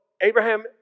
Abraham